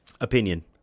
Opinion